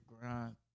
grind